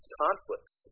conflicts